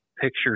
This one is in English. pictures